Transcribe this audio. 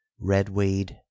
redweed